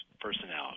personality